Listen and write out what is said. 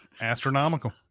astronomical